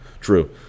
True